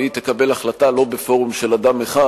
והיא תקבל החלטה לא בפורום של אדם אחד,